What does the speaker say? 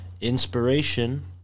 inspiration